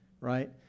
right